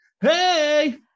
Hey